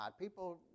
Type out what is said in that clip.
People